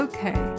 Okay